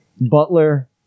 Butler